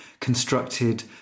constructed